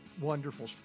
wonderful